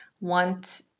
want